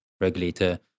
regulator